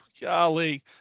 golly